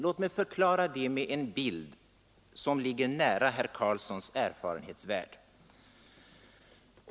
Låt mig förklara det med en bild, som ligger nära herr Karlssons erfarenhetsvärld.